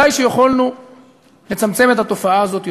אבל ודאי יכולנו לצמצם את התופעה הזאת יותר.